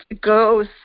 goes